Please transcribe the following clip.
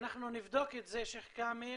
אנחנו נבדוק את זה, שייח' כאמל,